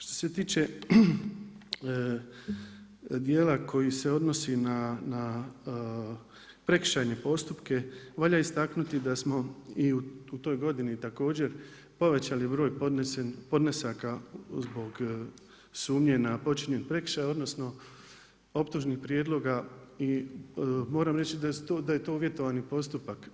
Što se tiče dijela koji se odnosi na prekršajne postupke, valja naglasiti da smo i u toj godini također povećali broj podnesaka zbog sumnje na počinjen prekršaj odnosno optužnih prijedloga i moram reći da je to uvjetovani postupak.